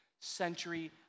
century